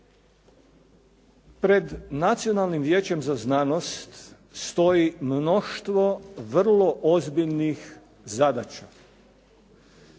Pred Nacionalnim vijećem za znanost stoji mnoštvo vrlo ozbiljnih zadaća.